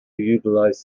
utilized